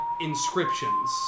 inscriptions